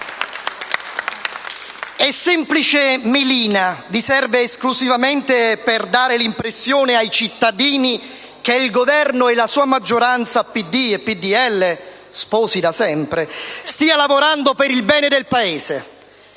È semplice melina. Vi serve esclusivamente per dare l'impressione ai cittadini che il Governo e la sua maggioranza (PD e PdL, sposi da sempre), stiano lavorando per il bene del Paese.